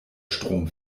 strom